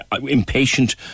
impatient